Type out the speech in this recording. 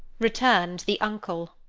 returned the uncle,